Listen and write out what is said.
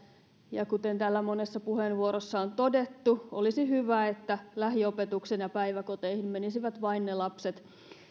ja kuten täällä monessa puheenvuorossa on todettu olisi hyvä että lähiopetukseen ja päiväkoteihin menisivät vain ne lapset